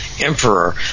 emperor